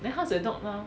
then how's your dog now